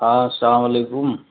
ہاں السلام علیکم